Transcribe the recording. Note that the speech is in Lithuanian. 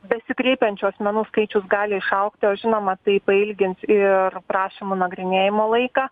besikreipiančių asmenų skaičius gali išaugti o žinoma tai pailgins ir prašymų nagrinėjimo laiką